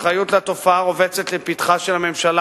הממשלה